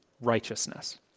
righteousness